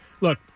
Look